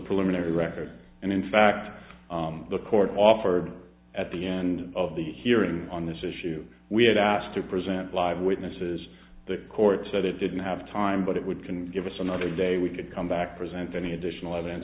preliminary record and in fact the court offered at the end of the hearing on this issue we had asked to present live witnesses the court said it didn't have time but it would can give us another day we could come back present any additional evidence